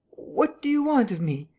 what do you want of me?